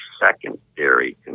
secondary